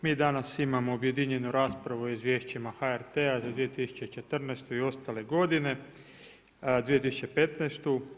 Mi danas imamo objedinjenu raspravu o izvješćima HRT-a za 2014. i ostale godine, 2015.